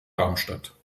darmstadt